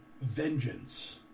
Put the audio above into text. vengeance